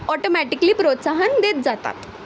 automatically प्रोत्साहन देत जातात